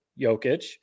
Jokic